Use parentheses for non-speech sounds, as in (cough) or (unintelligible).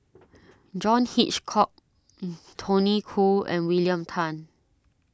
John Hitchcock (unintelligible) Tony Khoo and William Tan